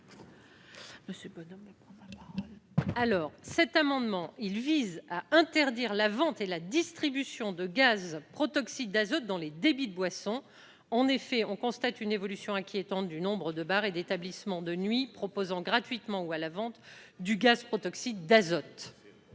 Létard. Cet amendement vise à interdire la vente et la distribution de gaz protoxyde d'azote dans les débits de boissons. En effet, on constate une évolution inquiétante du nombre de bars et d'établissements de nuit proposant gratuitement ou à la vente du gaz protoxyde d'azote.